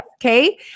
Okay